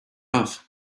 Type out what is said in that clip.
off